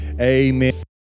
amen